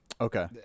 Okay